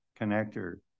connector